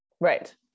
Right